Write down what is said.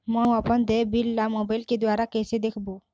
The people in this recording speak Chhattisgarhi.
म अपन देय बिल ला मोबाइल के द्वारा कैसे म देखबो?